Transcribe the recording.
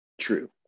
True